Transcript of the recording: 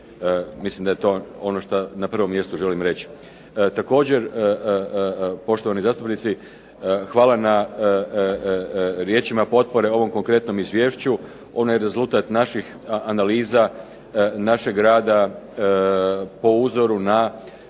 Mislim da je to ono što na prvom mjestu želim reći. Također, poštovani zastupnici hvala na riječima potpore ovom konkretnom izvješću. Ono je rezultat naših analiza našeg rada po uzoru na